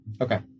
Okay